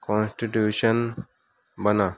constitution بنا